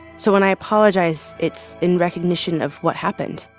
so when i apologize, it's in recognition of what happened